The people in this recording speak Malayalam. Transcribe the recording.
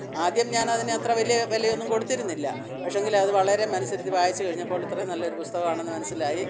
ആദ്യം ഞാനതിനെ അത്ര വലിയ വിലയൊന്നും കൊടുത്തിരുന്നില്ല പക്ഷെയെങ്കിൽ അതു വളരെ മനസ്സിരുത്തി വായിച്ചു കഴിഞ്ഞപ്പോൾ ഇത്രയും നല്ലൊരു പുസ്തകം ആണെന്നു മനസ്സിലായി